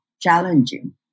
challenging